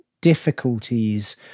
difficulties